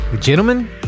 Gentlemen